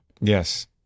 Yes